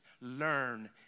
learn